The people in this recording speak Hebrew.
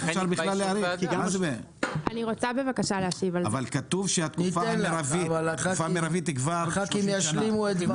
כתוב שהתקופה המרבית היא 30 שנים.